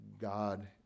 God